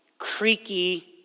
creaky